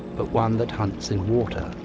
but one that hunts in water.